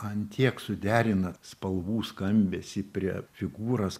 ant tiek suderina spalvų skambesį prie figūros